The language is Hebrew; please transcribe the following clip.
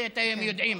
ואתם יודעים,